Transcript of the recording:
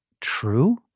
true